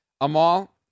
Amal